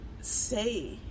say